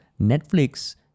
Netflix